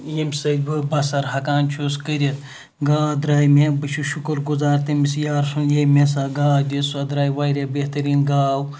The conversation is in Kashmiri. ییٚمہِ سۭتۍ بہٕ بَسَر ہیٚکان چھُس کٔرِتھ گاو دراے مےٚ بہٕ چھُس شُکُر گُزار تمِس یار سُنٛد یٔمۍ مےٚ سوٚ گاو دِژ سۄ دراے واریاہ بہتریٖن گاو